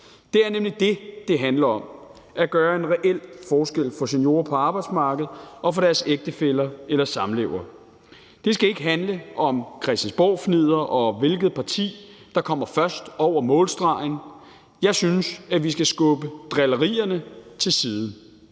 Det er nemlig det, det handler om – at gøre en reel forskel for seniorer på arbejdsmarkedet og for deres ægtefæller eller samlevere. Det skal ikke handle om christiansborgfnidder, og hvilket parti der kommer først over målstregen. Jeg synes, at vi skal skubbe drillerierne til side.